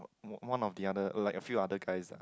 one of the other like a few other guys lah